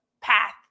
path